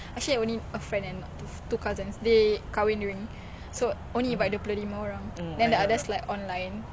I haven't even think about marriage eh I wish I was that far ahead